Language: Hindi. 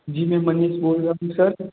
जी मैं मनीष बोल रहा हूँ सर